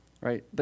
right